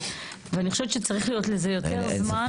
ואני חושבת שצריך להיות לזה יותר זמן.